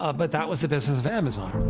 ah but that was the business of amazon.